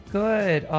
good